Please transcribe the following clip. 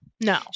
No